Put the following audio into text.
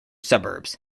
suburbs